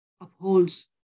upholds